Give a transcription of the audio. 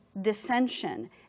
dissension